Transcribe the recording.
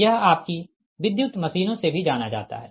यह आपकी विद्युत मशीनों से भी जाना जाता है